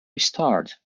restored